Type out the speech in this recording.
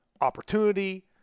opportunity